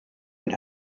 mit